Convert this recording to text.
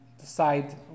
decide